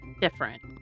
different